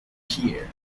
here